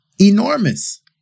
enormous